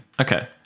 Okay